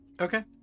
Okay